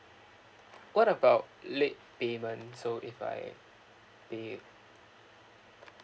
what about late payment so if I pay